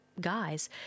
guys